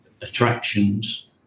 attractions